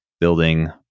building